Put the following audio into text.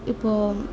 ഇപ്പോൾ